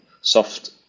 soft